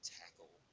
tackle